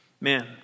man